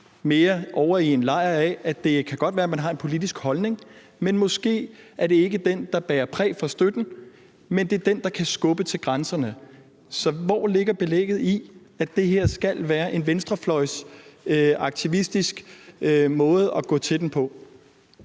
lejr, hvor det er, at det godt kan være, man har en politisk holdning, men at det måske ikke er den, der præger støtten, men at det er den, der kan skubbe til grænserne? Så hvor ligger belægget for, at det her skal være en venstrefløjsaktivistisk måde at gå til det på?